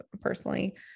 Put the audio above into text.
personally